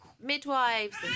midwives